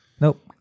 Nope